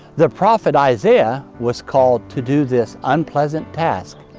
the prophet isaiah was called to do this unpleasant task.